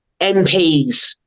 MPs